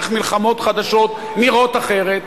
איך מלחמות חדשות נראות אחרות,